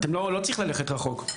לא צריך ללכת רחוק,